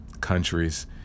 countries